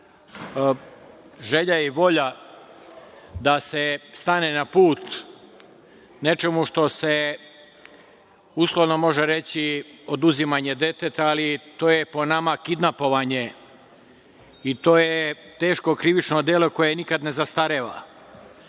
želja i volja da se stane na put nečemu što se uslovno može reći oduzimanje deteta, ali to je po nama kidnapovanje. To je teško krivično delo koje nikad ne zastareva. Videli